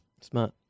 smart